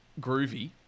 groovy